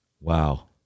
Wow